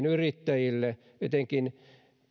yrittäjille etenkin